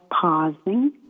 pausing